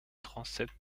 transept